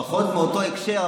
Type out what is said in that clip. באותו הקשר,